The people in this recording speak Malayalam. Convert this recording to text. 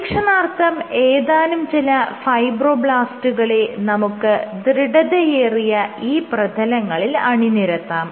പരീക്ഷണാർത്ഥം ഏതാനും ചില ഫൈബ്രോബ്ലാസ്റ്റുകളെ നമുക്ക് ദൃഢതയേറിയ ഈ പ്രതലങ്ങളിൽ അണിനിരത്താം